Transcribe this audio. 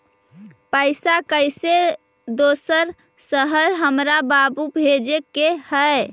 पैसा कैसै दोसर शहर हमरा बाबू भेजे के है?